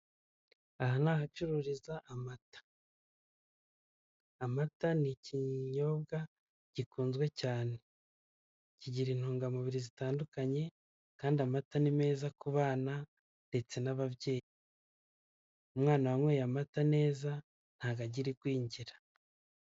Aha ni ahacururizwa amata, amata ni ikinyobwa gikunzwe cyane, kigira intungamubiri zitandukanye kandi amata ni meza ku bana ndetse n'ababyeyi, umwana wanyweye amata neza ntago agira igwingira.